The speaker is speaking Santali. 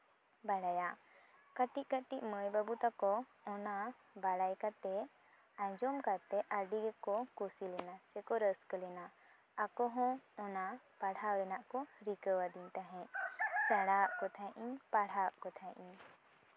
ᱵᱟᱲᱟᱭᱟ ᱠᱟᱹᱴᱤᱡ ᱠᱟᱹᱴᱤᱡ ᱢᱟᱹᱭ ᱵᱟᱹᱵᱩ ᱛᱟᱠᱚ ᱚᱱᱟ ᱵᱟᱲᱟᱭ ᱠᱟᱛᱮᱜ ᱟᱸᱡᱚᱢ ᱠᱟᱛᱮᱜ ᱟᱹᱰᱤ ᱜᱮᱠᱚ ᱠᱩᱥᱤ ᱞᱮᱱᱟ ᱥᱮᱠᱚ ᱨᱟᱹᱥᱠᱟᱹ ᱞᱮᱱᱟ ᱟᱠᱚ ᱦᱚᱸ ᱚᱱᱟ ᱯᱟᱲᱦᱟᱣ ᱨᱮᱱᱟᱜ ᱠᱚ ᱨᱤᱠᱟᱹᱣ ᱟᱹᱫᱤᱧ ᱛᱟᱦᱮᱸᱫ ᱥᱮᱲᱟᱣᱟᱜ ᱠᱚ ᱛᱟᱦᱮᱸᱱᱤᱧ ᱯᱟᱲᱦᱟᱣᱟᱜ ᱠᱚ ᱛᱟᱦᱮᱸᱱᱤᱧ